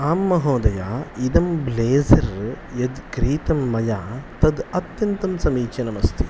आं महोदय इदं ब्लेज़र् यत् क्रीतं मया तत् अत्यन्तं समीचीनमस्ति